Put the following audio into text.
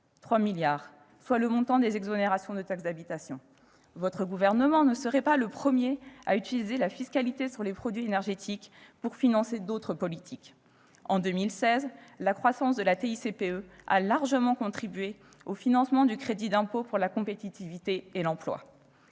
3 milliards d'euros, soit le montant des exonérations de taxe d'habitation ! Votre gouvernement ne serait pas le premier à utiliser la fiscalité sur les produits énergétiques pour financer d'autres politiques. En 2016, la croissance de la TICPE a largement contribué au financement du crédit d'impôt pour la compétitivité et l'emploi.